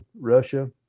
Russia